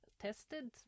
tested